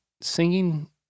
singing